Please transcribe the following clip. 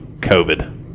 COVID